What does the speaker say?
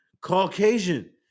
Caucasian